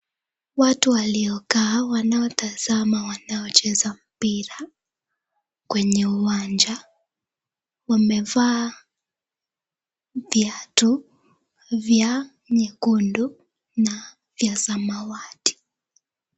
Watu waliokaa wanaotazama wanacheza mpira, kwenye uwanja. Wamevaa viatu vya nyekundu na vya samawati.